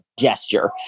gesture